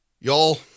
Y'all